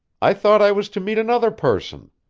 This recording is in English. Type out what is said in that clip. i thought i was to meet another person.